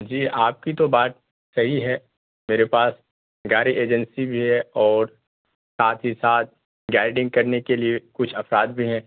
جی آپ کی تو بات صحیح ہے میرے پاس گاڑی ایجنسی بھی ہے اور ساتھ ہی ساتھ گائڈنگ کرنے کے لیے کچھ افراد بھی ہیں